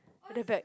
at the back